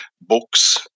books